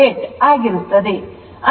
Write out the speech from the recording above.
08 ಆಗಿರುತ್ತದೆ